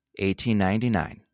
1899